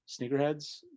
sneakerheads